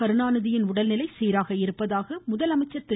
கருணாநிதியின் உடல்நிலை சீராக இருப்பதாக முதலமைச்சா் திரு